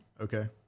Okay